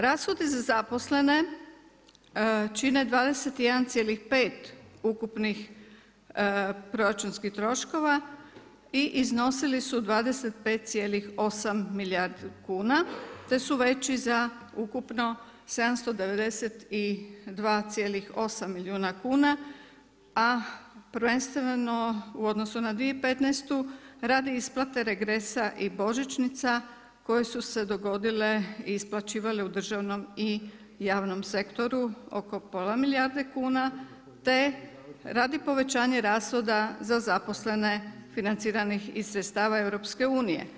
Rashodi za zaposlene, čine 21,5 ukupnih proračunskih troškova i iznosili su 25,8 milijardi kuna te su veći za ukupno 792,8 milijuna kuna, a prvenstveno u odnosu na 2015. radi isplate regresa i božićnica koje su se dogodile i isplaćivale u državnom i javnom sektoru oko pola milijardi kuna te radi povećanja rashoda za zaposlene financiranih iz sredstva EU.